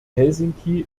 helsinki